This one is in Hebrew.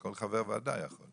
כל חבר ועדה יכול.